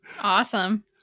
Awesome